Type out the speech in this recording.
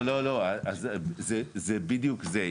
לא, לא, זה בדיוק זה.